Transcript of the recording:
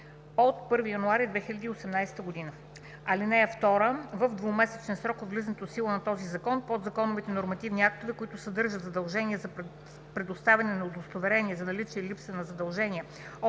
от 1 януари 2018 г.“ „(2) В двумесечен срок от влизането в сила на този Закон подзаконовите нормативни актове, които съдържат задължение за представяне на удостоверение за наличие или липса на задължения